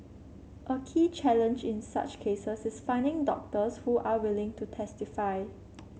a key challenge in such cases is finding doctors who are willing to testify